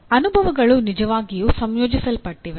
ಅನುಭವಗಳು ನಿಜವಾಗಿಯೂ ಸಂಯೋಜಿಸಲ್ಪಟ್ಟಿವೆ